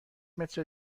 متر